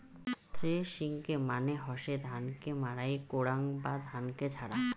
থ্রেশিংকে মানে হসে ধান কে মাড়াই করাং বা ধানকে ঝাড়া